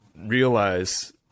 realize